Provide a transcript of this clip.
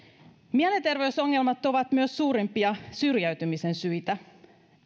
mielenterveysongelmat ovat myös suurimpia syrjäytymisen syitä